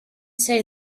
say